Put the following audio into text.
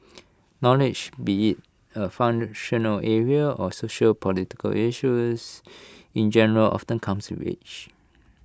knowledge be IT A functional area or sociopolitical issues in general often comes age